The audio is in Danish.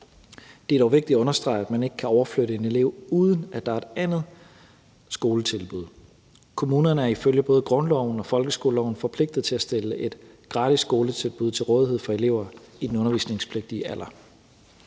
Det er dog vigtigt at understrege, at man ikke kan overflytte en elev, uden at der er et andet skoletilbud. Kommunerne er ifølge både grundloven og folkeskoleloven forpligtet til at stille et gratis skoletilbud til rådighed for elever i den undervisningspligtige alder.